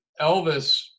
Elvis